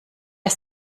ist